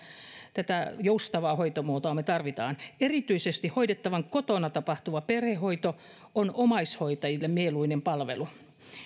tätä joustavaa hoitomuotoa me tarvitsemme erityisesti hoidettavan kotona tapahtuva perhehoito on omaishoitajille mieluinen palvelu